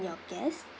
your guest